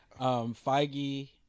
feige